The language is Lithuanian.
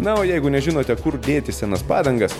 na o jeigu nežinote kur dėti senas padangas